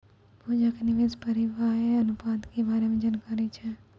पूजा के निवेश परिव्यास अनुपात के बारे मे जानकारी छै